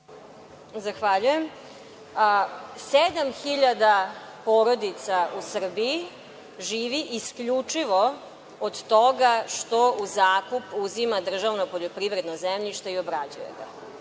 Zahvaljujem. Sedam hiljada porodica u Srbiji živi isključivo od toga što u zakup uzima državno poljoprivredno zemljište i obrađuje ga.